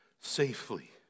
safely